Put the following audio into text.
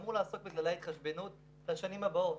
שאמור לעסוק בכללי ההתחשבנות לשנים הבאות,